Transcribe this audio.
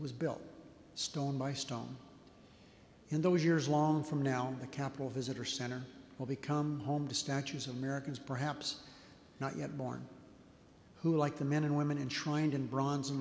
was built stone by stone and those years long from now the capitol visitor center will become home to statues americans perhaps not yet born who like the men and women in try and in